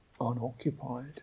unoccupied